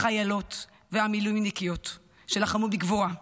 החיילות והמילואימניקיות שלחמו בגבורה,